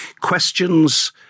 Questions